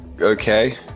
okay